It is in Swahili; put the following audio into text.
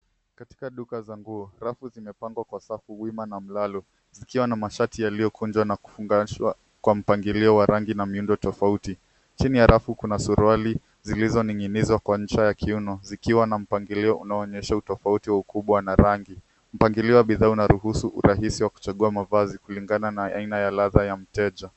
Katika duka za nguo, rafu zimepangwa kwa safu wima na mlalo zikiwa na mashati yaliyokunjwa na kufungashwa kwa mpangilio wa rangi na miundo tofauti. Chini ya rafu kuna suruali zilizoning'inizwa kwa ncha ya kiuno zikiwana mpangilio unaoonyesha utofauti wa ukubwa na rangi. Mpangilio wa bidhaa unaruhusu urahisi wa kuchagua mavazi kulingana na aina ya ladha ya mteja.